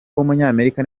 w’umunyamerika